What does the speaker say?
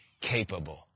capable